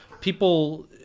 people